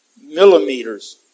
Millimeters